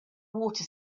water